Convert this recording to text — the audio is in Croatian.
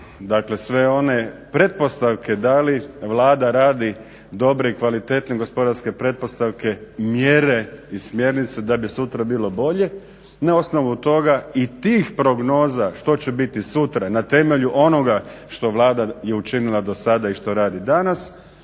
dakle sve one pretpostavke da li Vlada radi dobre i kvalitetne gospodarske pretpostavke, mjere i smjernice da bi sutra bilo bolje na osnovu toga i tih prognoza što će biti sutra na temelju onoga što Vlada je učinila do sada i što radi danas